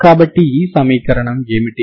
కాబట్టి ఈ సమీకరణం ఏమిటి